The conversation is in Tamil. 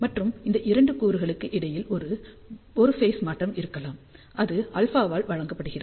மற்றும் இந்த இரண்டு கூறுகளுக்கு இடையில் ஒரு பேஸ் மாற்றம் இருக்கலாம் அது ஆல்பாவால் வழங்கப்படுகிறது